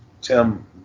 Tim